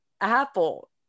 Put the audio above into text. Apple